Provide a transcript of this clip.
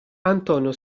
antonio